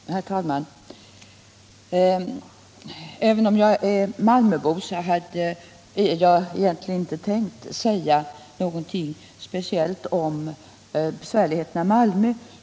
Herr talman! Även om jag är malmöbo hade jag egentligen inte tänkt säga något speciellt om besvärligheterna i Malmö.